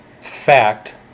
fact